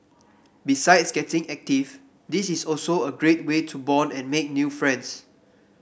besides getting active this is also a great way to bond and make new friends